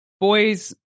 boys